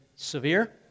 severe